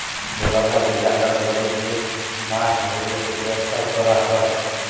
জলাধার ইলাকা গুলাতে যে মাছ ধ্যরে যে ব্যবসা ক্যরা হ্যয়